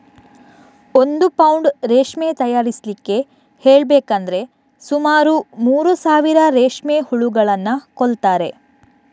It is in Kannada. ಒಂದು ಪೌಂಡ್ ರೇಷ್ಮೆ ತಯಾರಿಸ್ಲಿಕ್ಕೆ ಹೇಳ್ಬೇಕಂದ್ರೆ ಸುಮಾರು ಮೂರು ಸಾವಿರ ರೇಷ್ಮೆ ಹುಳುಗಳನ್ನ ಕೊಲ್ತಾರೆ